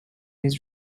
his